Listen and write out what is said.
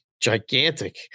gigantic